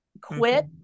quit